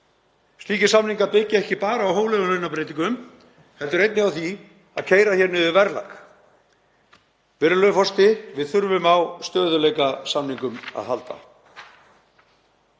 Slíkir samningar byggja ekki bara á hóflegum launabreytingum heldur einnig á því að keyra niður verðlag. Virðulegur forseti. Við þurfum á stöðugleikasamningum að halda.